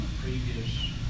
previous